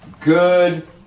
good